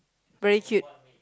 very cute